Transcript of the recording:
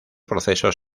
procesos